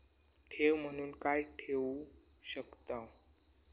ठेव म्हणून काय ठेवू शकताव?